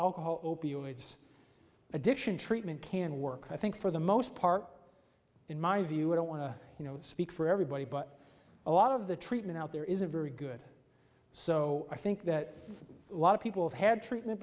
alcohol opioids addiction treatment can work i think for the most part in my view i don't want to speak for everybody but a lot of the treatment out there isn't very good so i think that a lot of people have had treatment